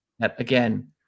Again